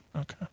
Okay